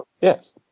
Yes